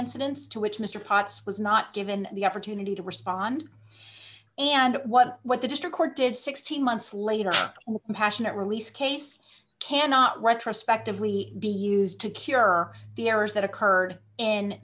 incidents to which mr potts was not given the opportunity to respond and what what the district court did sixteen months later compassionate release case cannot retrospectively be used to cure the errors that occurred in